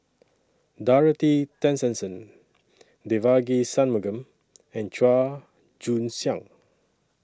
Dorothy Tessensohn Devagi Sanmugam and Chua Joon Siang